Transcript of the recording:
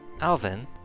alvin